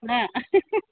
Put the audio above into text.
न